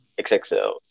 XXL